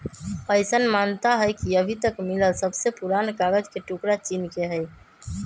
अईसन मानता हई कि अभी तक मिलल सबसे पुरान कागज के टुकरा चीन के हई